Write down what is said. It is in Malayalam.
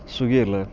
സ്വിഗ്ഗിയല്ലേ